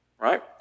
Right